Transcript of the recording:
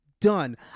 done